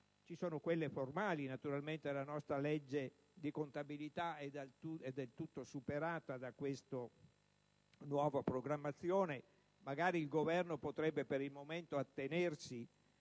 anzitutto quelle formali: naturalmente, la nostra legge di contabilità è del tutto superata da questa nuova programmazione (magari il Governo potrebbe per il momento attenersi